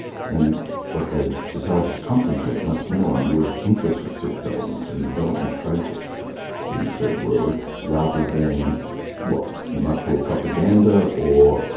and what they decided to concentrate much more on was infrastructure development and development projects in the third world rather than what you might call propaganda or,